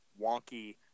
wonky